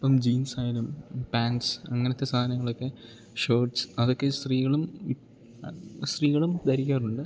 ഇപ്പം ജീൻസായാലും പാന്റ്സ് അങ്ങനത്തെ സാധനങ്ങളൊക്കെ ഷർട്ട്സ് അതൊക്കെ സ്ത്രീകളും ഇന്ന് സ്ത്രീകളും ധരിക്കാറുണ്ട്